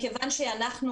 מכיוון שאנחנו